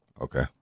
Okay